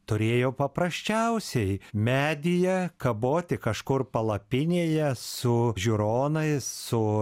turėjo paprasčiausiai medyje kaboti kažkur palapinėje su žiūronais su